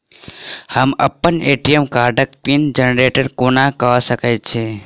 हम अप्पन ए.टी.एम कार्डक पिन जेनरेट कोना कऽ सकैत छी?